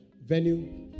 Venue